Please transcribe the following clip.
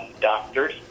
doctors